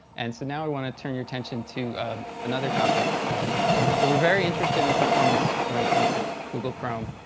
and so now we want to turn your attention to another topic. so we're very interested in performance when it comes to google chrome.